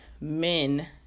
men